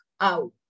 out